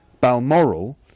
balmoral